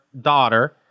daughter